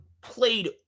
played